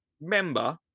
member